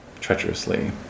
treacherously